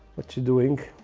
whatcha doing?